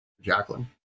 Jacqueline